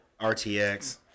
RTX